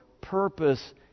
purpose